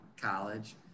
college